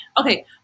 Okay